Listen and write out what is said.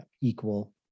equal